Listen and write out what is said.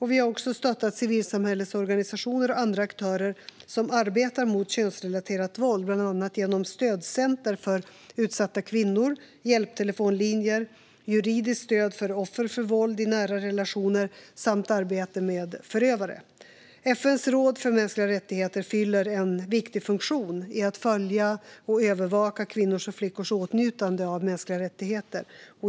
Vi har också stöttat civilsamhällesorganisationer och andra aktörer som arbetar mot könsrelaterat våld genom bland annat stödcenter för utsatta kvinnor, hjälptelefonlinjer, juridiskt stöd för offer för våld i nära relationer samt arbete med förövare. FN:s råd för mänskliga rättigheter fyller en viktig funktion i att följa och övervaka kvinnors och flickors åtnjutande av mänskliga rättigheter.